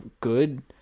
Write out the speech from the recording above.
good